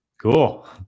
Cool